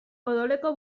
odoleko